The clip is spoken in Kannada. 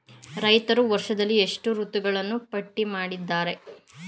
ರೈತರು ವರ್ಷದಲ್ಲಿ ಎಷ್ಟು ಋತುಗಳನ್ನು ಪಟ್ಟಿ ಮಾಡಿದ್ದಾರೆ?